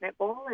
netball